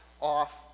off